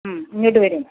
മ്മ് ഇങ്ങോട്ട് വരും